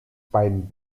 bein